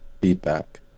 feedback